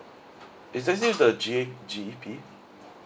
is that this is the G_E_P